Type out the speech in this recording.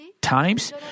times